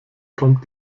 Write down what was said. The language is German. kommt